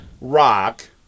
rock